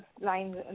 lines